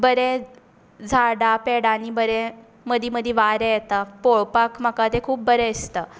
बरें झाडां पेडानी बरें मदीं मदीं वारें येता पळोवपाक म्हाका तें खूब बरें दिसता